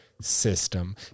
system